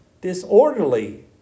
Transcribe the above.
disorderly